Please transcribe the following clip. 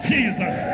Jesus